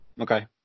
Okay